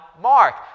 Mark